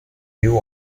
new